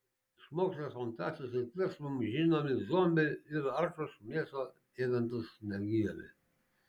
iš mokslinės fantastikos srities mums žinomi zombiai yra aršūs mėsą ėdantys negyvėliai